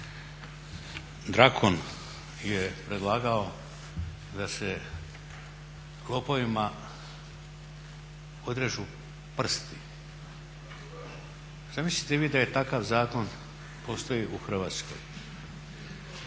Drakon je predlagao da se lopovima odrežu prsti. Zamislite vi da takav zakon postoji u Hrvatskoj,